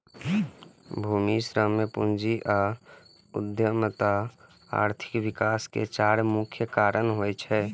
भूमि, श्रम, पूंजी आ उद्यमिता आर्थिक विकास के चारि मुख्य कारक होइ छै